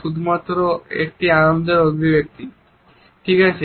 শুধুমাত্র একটি আনন্দের অভিব্যক্তি ঠিক আছে